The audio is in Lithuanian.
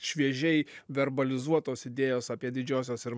šviežiai verbalizuotos idėjos apie didžiosios ir